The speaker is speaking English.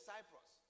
Cyprus